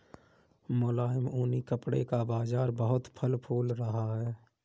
मुलायम ऊनी कपड़े का बाजार बहुत फल फूल रहा है